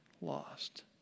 lost